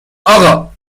آقا